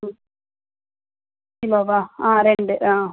ம் கிலோவா ஆ ரெண்டு ஆ